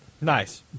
Nice